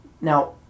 Now